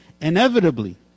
inevitably